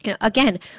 again